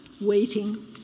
waiting